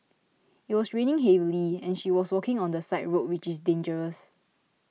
it was raining heavily and she was walking on the side road which is dangerous